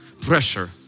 pressure